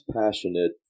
passionate